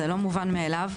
זה לא מובן מאליו,